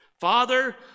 Father